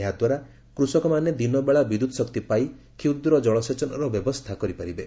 ଏହା ଦ୍ୱାରା କୃଷକମାନେ ଦିନବେଳା ବିଦ୍ୟୁତ୍ଶକ୍ତି ପାଇ କ୍ଷୁଦ୍ର ଜଳସେଚନର ବ୍ୟବସ୍ଥା କରିପାରିବେ